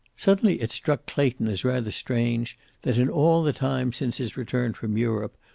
suddenly it struck clayton as rather strange that, in all the time since his return from europe,